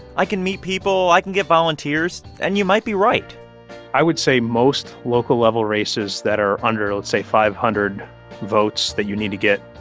i can meet people, i can get volunteers. and you might be right i would say most local-level races that are under, let's say, five hundred votes that you need to get,